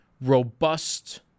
robust